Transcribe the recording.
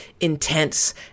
intense